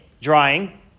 drying